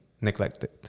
neglected